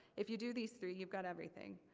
if you do these three you've got everything.